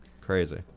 Crazy